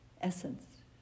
essence